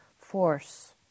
force